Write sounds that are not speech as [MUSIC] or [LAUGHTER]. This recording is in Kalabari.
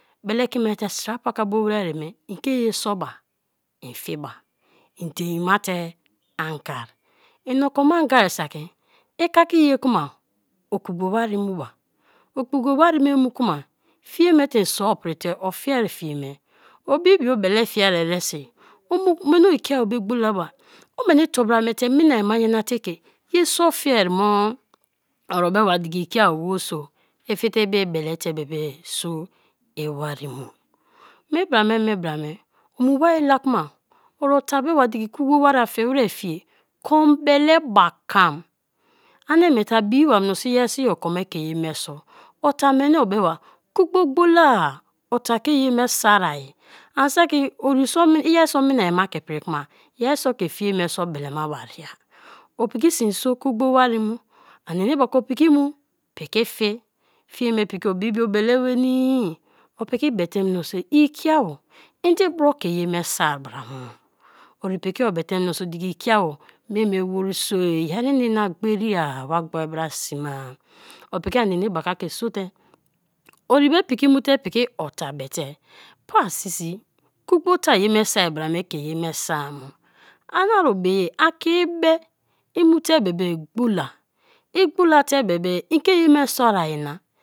Beleki me te sra paka bo weri me ike ye so ba, en fie ba, en dein mate ange ini oko me anga saki ikaki ye kume okugbo ware muba; fie me te isoa pri te. o fiea fie me o bii bio beler fia eresi mini okia be gbola ba omini tobra miete ke minai ma nyana te ke ye so fia mo? orie be be diki ikiao werso i fiete ibi bele tebe so iwari mu, mi bra me, o mu wari la kma orie ta be ba diki kugbo ware i fie wer fiea kum bele bakam ani miete a bii ma mioso i yeri so i oki me ke ye me so; ota mani o be ba kugbo gbolaa ota ke ye me soa-ai ane saki [UNINTELLIGIBLE] iyeriso minia ma ke pri kuma yeriso ke fie me so bele ma ba ria, o piki sin so kugbo wa ri mu ani enebaka opiki mu piki fie, fie me piki obii bio bele nwenii opiki be te mioso ikiao ende bro ke ye me soa bra mo, ori piki obe te mioso mi me weriso-e yeri ne na gbeeria, wa ghor bra sä me-a o piki aninebaka ke so te, ori be piki mu te ota be te pasisi kug-bo ta ye me so a bra me ke ye me soa bo, ani ari be a ke be imute be be gbola, i gbola te be be ike ye me soai na